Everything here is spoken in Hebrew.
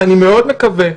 ואני מאוד מקווה,